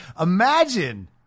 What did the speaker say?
Imagine